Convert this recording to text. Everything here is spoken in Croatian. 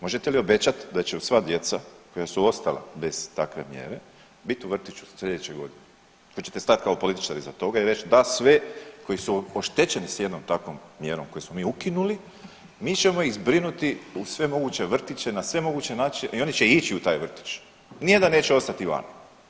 Možete li obećati da će sva djeca koja su ostala bez takve mjre biti u vrtiću sljedeće godine, da ćete stati kao političar iza toga i reći da sve koji su oštećeni s jednom takvom mjerom koju smo mi ukinuli, mi ćemo ih zbrinuti u sve moguće vrtiće na sve moguće načine i oni će ići u taj vrtić, nijedan neće ostati vani.